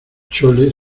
chole